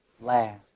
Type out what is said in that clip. laugh